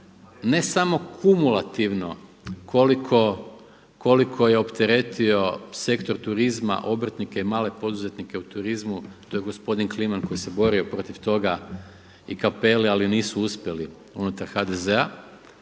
ne samo kumulativno koliko je opteretio sektor turizma, obrtnike, male poduzetnike u turizmu, to je gospodin Kliman koji se borio protiv toga i CAppelli ali nisu uspjeli unutar HDZ-a